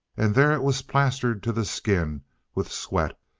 and there it was plastered to the skin with sweat,